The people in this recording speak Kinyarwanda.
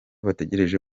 bategereje